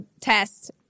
test